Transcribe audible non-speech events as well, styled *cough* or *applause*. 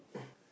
*breath*